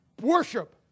Worship